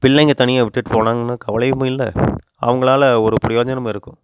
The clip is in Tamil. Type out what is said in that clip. பிள்ளைங்கள் தனியாக விட்டுட்டு போனாங்கன்னா கவலையுமும் இல்லை அவங்களால ஒரு பிரியோஜனமும் இருக்கும்